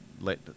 let